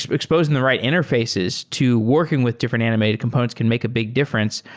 um exposing the right interfaces to working with different animated components can make a big difference.